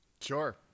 sure